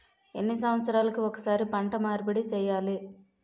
ఎన్ని సంవత్సరాలకి ఒక్కసారి పంట మార్పిడి చేయాలి?